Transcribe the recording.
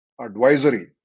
advisory